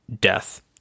death